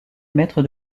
maître